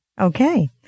Okay